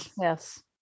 yes